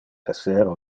esser